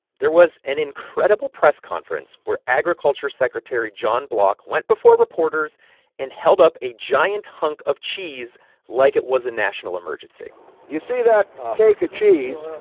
there was an incredible press conference where agriculture secretary john block went before reporters and held up a giant hunk of cheese like it was a national emergency you see that cake of cheese?